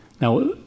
Now